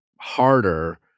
harder